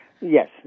Yes